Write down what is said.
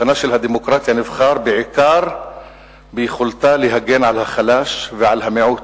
מבחנה של הדמוקרטיה הוא בעיקר ביכולתה להגן על החלש ועל המיעוט,